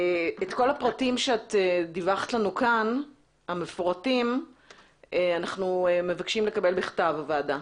את כל הפרטים המפורטים שדיווחת לנו כאן אנחנו מבקשים לקבל בכתב לוועדה.